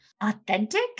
authentic